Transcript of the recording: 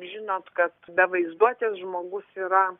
žinot kad be vaizduotės žmogus yra